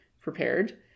prepared